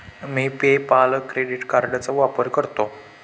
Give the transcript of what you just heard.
मी PayPal credit कार्डचा वापर करतो